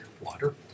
water